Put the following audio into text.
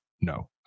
No